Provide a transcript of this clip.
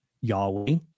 Yahweh